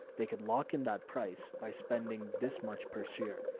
they could lock in that price by spending this much per so year.